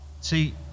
See